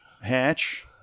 hatch